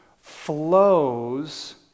flows